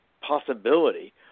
possibility